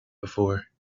before